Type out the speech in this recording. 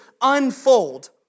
unfold